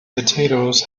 potatoes